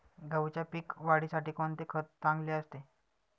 गहूच्या पीक वाढीसाठी कोणते खत चांगले असते?